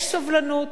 יש סובלנות,